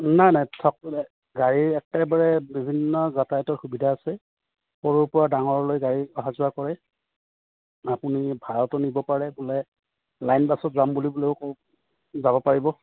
নাই নাই গাড়ীৰ একেবাৰে বিভিন্ন যাতায়তৰ সুবিধা আছে সৰুৰ পৰা ডাঙৰলৈ গাড়ী অহা যোৱা কৰে আপুনি ভাড়াটো নিব পাৰে বোলে লাইন বাছত যাম